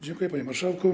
Dziękuję, panie marszałku.